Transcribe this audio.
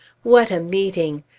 what a meeting!